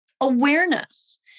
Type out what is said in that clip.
awareness